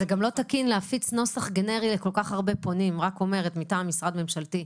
זה גם לא תקין להפיץ נוסח גנרי לכל כך הרבה פונים מטעם משרד ממשלתי.